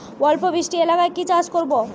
অল্প বৃষ্টি এলাকায় কি চাষ করব?